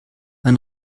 ein